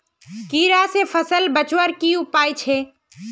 कीड़ा से फसल बचवार की उपाय छे?